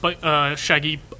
shaggy